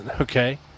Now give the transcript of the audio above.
okay